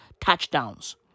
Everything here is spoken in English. touchdowns